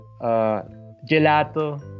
gelato